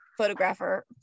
photographer